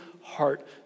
heart